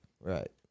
Right